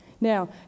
Now